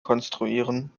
konstruieren